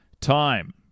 time